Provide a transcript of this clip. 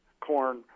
corn